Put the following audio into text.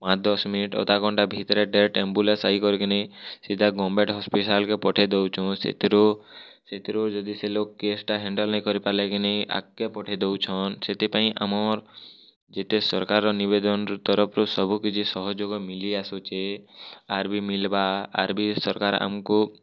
ପାଞ୍ଚ ଦଶ ମିନିଟ୍ ଅଧା ଘଣ୍ଟେ ଭିତ୍ରେ ଡାଇରେଟ୍ ଆମ୍ବୁଲାନ୍ସ ଆଇକରିକି ନି ସିଧା ଗଭର୍ଣ୍ଣମେଣ୍ଟ୍ ହସ୍ପିଟାଲ୍କେ ପଠେଇ ଦୋଉଚୁଁ ସେଥିରୁ ସେଥିରୁ ଜଦି ସେ ଲୋକ୍ କେସ୍ଟା ହାଣ୍ଡେଲ୍ ନେଇଁ କରିପାର୍ଲେ କିନି ଆଗ୍କେ ପଠେଦଉଚୁଁ ସେଥି ପାଇଁ ଆମର୍ ଯେତେ ସର୍କାର୍ର ନିବେଦନ୍ ତରଫରୁ ସବୁ କିଛି ସହଯୋଗ ମିଲି ଆସୁଛେ ଆର୍ବି ମିଲ୍ବା ଆର୍ବି ସର୍କାର୍ ଆମ୍କୁ ମିଳେଇଦେବେ